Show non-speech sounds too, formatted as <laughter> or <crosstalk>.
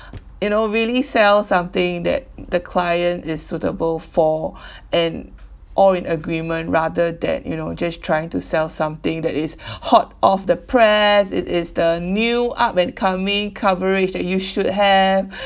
<breath> you know really sell something that the client is suitable for <breath> and or in agreement rather than you know just trying to sell something that is <breath> hot off the press it is the new up and coming coverage that you should have <breath>